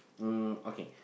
um okay